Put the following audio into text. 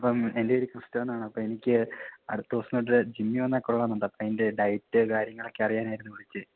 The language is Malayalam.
അപ്പം എന്റെ പേര് ക്രിസ്റ്റാന്നാണ് അപ്പം എനിക്ക് അടുത്ത ദിവസം തൊട്ട് ജിമ്മിൽ വന്നാൽ കൊള്ളാമെന്നുണ്ട് അപ്പം അതിന്റെ ഡയറ്റ് കാര്യങ്ങളൊക്കെ അറിയാനായിരുന്നു വിളിച്ചത്